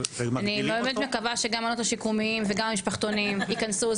אני באמת מקווה שגם המעונות השיקומיים וגם המשפחתונים ייכנסו,